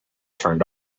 turned